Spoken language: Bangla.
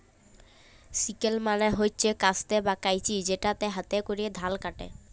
সিকেল মালে হছে কাস্তে বা কাঁইচি যেটতে হাতে ক্যরে ধাল ক্যাটে